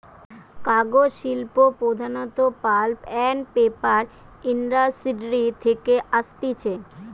কাগজ শিল্প প্রধানত পাল্প আন্ড পেপার ইন্ডাস্ট্রি থেকে আসতিছে